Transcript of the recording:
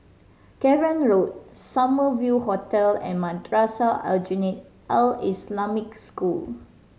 Cavan Road Summer View Hotel and Madrasah Aljunied Al Islamic School